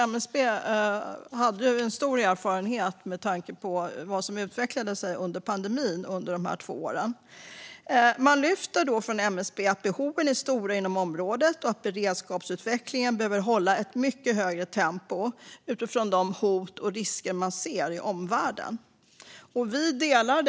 MSB har stor erfarenhet med tanke på vad som utvecklade sig under de två åren av pandemi. Man lyfter från MSB att behoven är stora inom området och att beredskapsutvecklingen behöver hålla ett mycket högre tempo utifrån de hot och risker man ser i omvärlden. Fru talman!